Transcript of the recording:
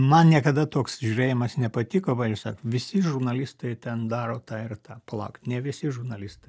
man niekada toks žiūrėjimas nepatiko va jūs sakėt visi žurnalistai ten daro tą ir tą palaukit ne visi žurnalistai